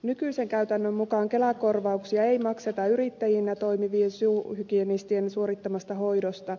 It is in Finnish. nykyisen käytännön mukaan kelakorvauksia ei makseta yrittäjinä toimivien suuhygienistien suorittamasta hoidosta